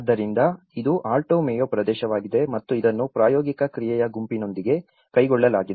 ಆದ್ದರಿಂದ ಇದು Alto Mayo ಪ್ರದೇಶವಾಗಿದೆ ಮತ್ತು ಇದನ್ನು ಪ್ರಾಯೋಗಿಕ ಕ್ರಿಯೆಯ ಗುಂಪಿನೊಂದಿಗೆ ಕೈಗೊಳ್ಳಲಾಗಿದೆ